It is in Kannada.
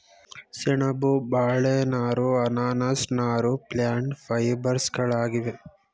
ಸೆಣಬು, ಬಾಳೆ ನಾರು, ಅನಾನಸ್ ನಾರು ಪ್ಲ್ಯಾಂಟ್ ಫೈಬರ್ಸ್ಗಳಾಗಿವೆ